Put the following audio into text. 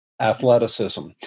athleticism